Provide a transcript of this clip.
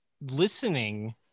listening